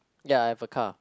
ya I have a car